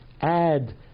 add